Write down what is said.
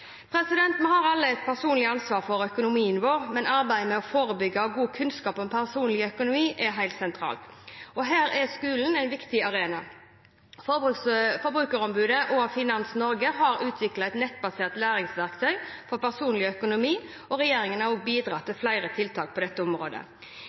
Vi har alle et personlig ansvar for økonomien vår, men arbeidet med forebygging og god kunnskap om personlig økonomi er helt sentralt. Her er skolen en viktig arena. Forbrukerombudet og Finans Norge har utviklet et nettbasert læringsverktøy for personlig økonomi, og regjeringen har bidratt til